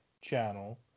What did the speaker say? channel